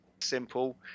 simple